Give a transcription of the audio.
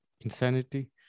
insanity